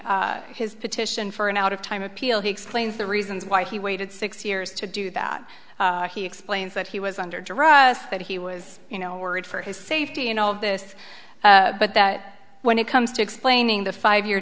filing his petition for an out of time appeal he explains the reasons why he waited six years to do that he explains that he was under darius that he was you know worried for his safety in all of this but that when it comes to explaining the five year